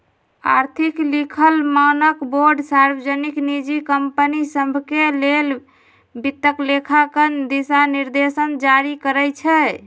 आर्थिक लिखल मानकबोर्ड सार्वजनिक, निजी कंपनि सभके लेल वित्तलेखांकन दिशानिर्देश जारी करइ छै